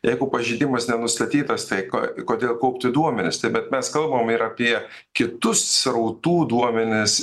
jeigu pažeidimas nenustatytas tai ką kodėl kaupti duomenis tai vat mes kalbame ir apie kitus srautų duomenis